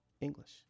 English